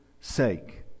sake